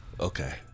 Okay